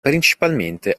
principalmente